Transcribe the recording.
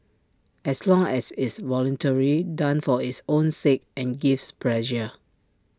as long as it's voluntary done for its own sake and gives pleasure